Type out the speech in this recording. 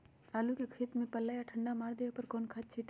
आलू के खेत में पल्ला या ठंडा मार देवे पर कौन खाद छींटी?